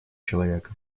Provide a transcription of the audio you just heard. человека